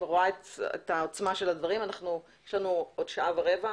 יש לנו עוד שעה ורבע,